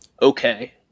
okay